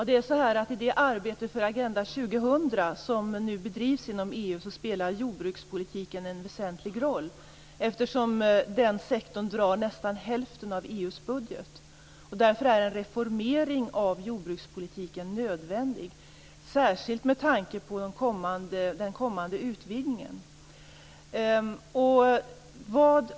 Herr talman! I det arbete för Agenda 2000 som nu bedrivs inom EU spelar jordbrukspolitiken en väsentlig roll, eftersom den sektorn drar nästan hälften av EU:s budget. Därför är en reformering av jordbrukspolitiken nödvändig, särskilt med tanke på den kommande utvidgningen.